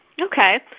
Okay